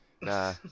nah